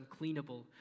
uncleanable